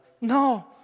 No